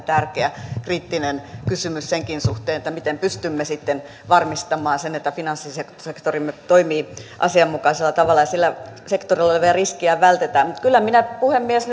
tärkeä kriittinen kysymys senkin suhteen miten pystymme sitten varmistamaan sen että finanssisektorimme toimii asianmukaisella tavalla ja sillä sektorilla olevia riskejä vältetään mutta kyllä puhemies